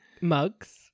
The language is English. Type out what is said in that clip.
mugs